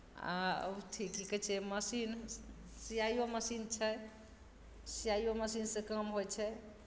आ अथि की कहै छै मशीन सिआइयो मशीन छै सिआइयो मशीनसँ काम होइ छै